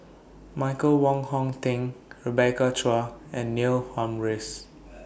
Michael Wong Hong Teng Rebecca Chua and Neil Humphreys